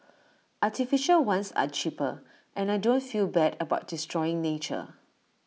artificial ones are cheaper and I don't feel bad about destroying nature